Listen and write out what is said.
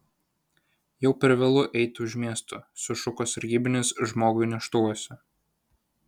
jau per vėlu eiti už miesto sušuko sargybinis žmogui neštuvuose